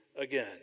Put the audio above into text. again